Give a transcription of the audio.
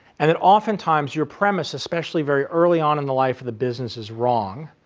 and at oftentimes your premise, especially very early on in the life of the business, is wrong.